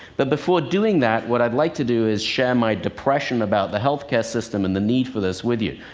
but before doing that, what i'd like to do is share my depression about the health care system and the need for this with you.